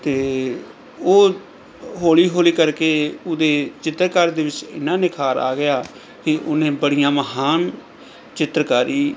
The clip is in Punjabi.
ਅਤੇ ਉਹ ਹੌਲੀ ਹੌਲੀ ਕਰਕੇ ਉਹਦੇ ਚਿੱਤਰਕਾਰ ਦੇ ਵਿੱਚ ਇੰਨਾ ਨਿਖਾਰ ਆ ਗਿਆ ਕਿ ਉਹਨੇ ਬੜੀਆਂ ਮਹਾਨ ਚਿੱਤਰਕਾਰੀ